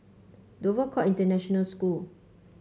Dover Court International School